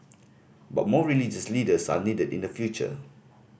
but more religious leaders are needed in the future